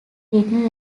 written